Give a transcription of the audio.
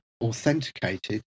authenticated